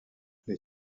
les